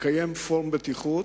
מתקיים פורום בטיחות,